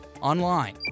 online